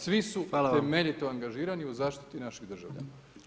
Svi su [[Upadica: Hvala vam.]] temeljito angažirano u zaštiti naših državljana.